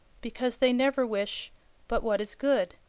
because they never wish but what is good.